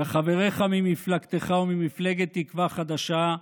וחבריך ממפלגתך וממפלגת תקווה חדשה,